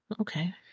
okay